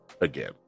again